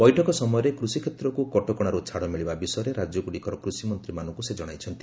ବୈଠକ ସମୟରେ କୃଷିକ୍ଷେତ୍ରକୁ କଟକଶାରୁ ଛାଡ଼ ମିଳିବା ବିଷୟରେ ରାଜ୍ୟଗୁଡ଼ିକର କୁଷିମନ୍ତ୍ରୀମାନଙ୍କୁ ସେ ଜଣାଇଛନ୍ତି